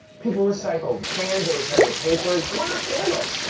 people recycle cans they recycle papers. why not candles?